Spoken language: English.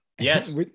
Yes